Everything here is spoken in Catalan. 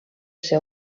ser